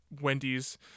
Wendy's